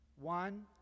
One